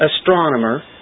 astronomer